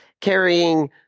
carrying